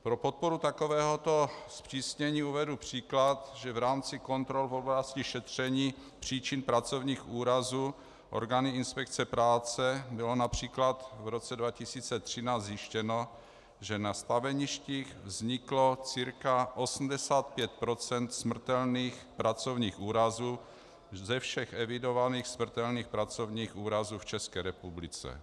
Pro podporu takovéhoto zpřísnění uvedu příklad, že v rámci kontrol v oblasti šetření příčin pracovních úrazů orgány inspekce práce bylo například v roce 2013 zjištěno, že na staveništích vzniklo cca 85 % smrtelných pracovních úrazů ze všech evidovaných smrtelných pracovních úrazů v České republice.